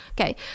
Okay